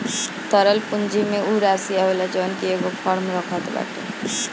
तरल पूंजी में उ राशी आवेला जवन की एगो फर्म रखत बाटे